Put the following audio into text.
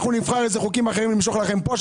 אנחנו נבחר איזה חוקים אחרים למשוך לכם כאן,